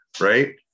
right